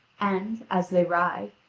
and, as they ride,